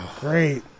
Great